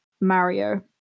Mario